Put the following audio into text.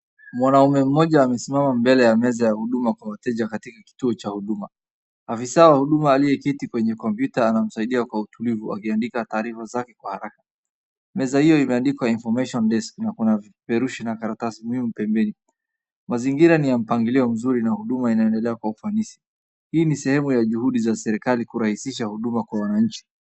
Mwanaume mmoja amesimama mbele ya meza ya huduma kwa wateja katika kituo cha huduma. Afisa wa huduma aliyeketi kwenye kompyuta anamsaidia kwa utulivu wakiandika taarifa zake kwa haraka. Meza hiyo imeandikwa, [information desk] na kuna perushi na karatasi muhimu pembeni. Mazingira ni ya mpangilio mzuri na huduma inaendelea kwa ufanisi. Hii ni sehemu ya juhudi za serikali kurahisisha huduma kwa wananchi.